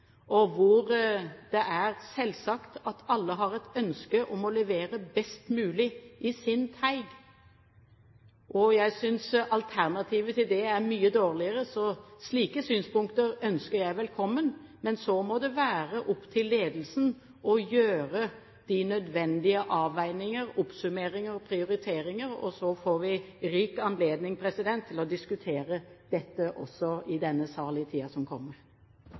og hvor det er selvsagt at alle har et ønske om å levere best mulig i sin teig. Jeg synes alternativet til det er mye dårligere, så slike synspunkter ønsker jeg velkommen. Men så må det være opp til ledelsen å gjøre de nødvendige avveininger, oppsummeringer og prioriteringer. Så får vi rik anledning til å diskutere dette også i denne sal i tiden som kommer.